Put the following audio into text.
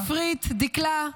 שפרית, דקלה,